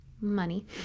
money